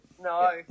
No